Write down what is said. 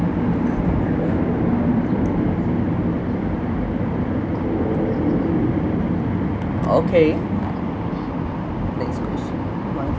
okay next question